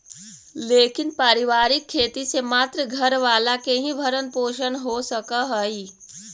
लेकिन पारिवारिक खेती से मात्र घर वाला के ही भरण पोषण हो सकऽ हई